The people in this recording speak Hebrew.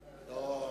לא,